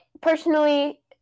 Personally